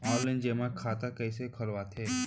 Online जेमा खाता कइसे खोलवाथे?